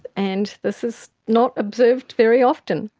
and this is not observed very often.